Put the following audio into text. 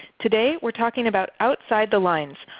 today we are talking about outside the lines,